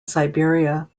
siberia